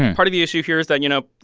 part of the issue here is that, you know,